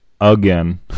again